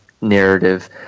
narrative